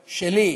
שלי,